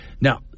Now